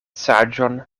saĝon